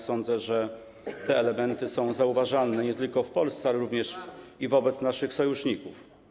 Sądzę, że te elementy są zauważalne nie tylko w Polsce, ale również przez naszych sojuszników.